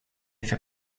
fait